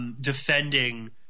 Defending